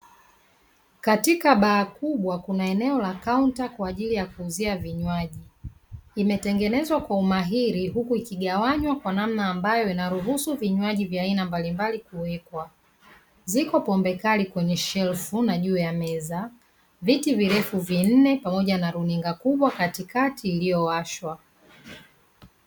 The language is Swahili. Katika baa kubwa kuna eneo la kaunta kwa ajili ya kuuzia vinywaji imetengenezwa kwa umahiri huku ikigawanywa kwa namna ambayo inaruhusu vinywaji vya aina mbalimbali kuwekwa. Ziko pombe kali kwenye shelfu na juu ya meza, viti virefu vinne pamoja na runinga kubwa katikati iliyowashwa.